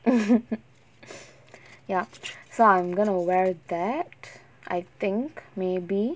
ya so I'm gonna wear that I think maybe